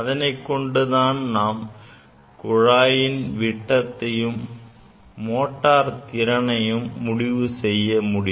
அதனை கொண்டு தான் நாம் குழாயின் விட்டத்தையும் மோட்டார் திறனையும் முடிவு செய்ய வேண்டும்